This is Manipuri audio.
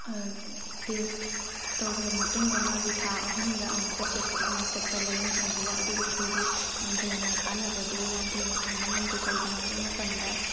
ꯇꯦꯁ ꯇꯧꯈ꯭ꯔ ꯃꯇꯨꯡꯗ ꯃꯥꯒꯤ ꯊꯥ ꯑꯍꯨꯝꯗ ꯑꯃꯨꯛꯀ ꯆꯦꯀꯞ ꯑꯃꯨꯛ ꯆꯠꯄ ꯂꯥꯏꯌꯦꯡꯁꯪꯁꯤꯗ ꯑꯗꯨꯕꯨ ꯑꯩꯈꯣꯏꯗꯤ ꯌꯥꯝ ꯊꯣꯏꯅ ꯀꯥꯟꯅꯕꯗꯣ ꯌꯥꯝ ꯊꯣꯏꯅ ꯐꯪꯕ ꯉꯝꯗꯦ ꯀꯔꯤꯒꯤꯅꯣ ꯍꯥꯏꯕ ꯃꯇꯝꯗ